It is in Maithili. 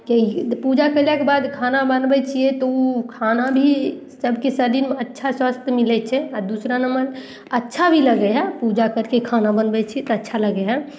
पूजा कयलाके बाद खाना बनबय छियै तऽ उ खाना भी सभके शरीरमे अच्छा स्वस्थ मिलय छै आओर दूसरा नम्बर अच्छा भी लगय हइ पूजा करके खाना बनबय छी तऽ अच्छा लगय हइ